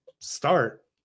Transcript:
start